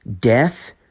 Death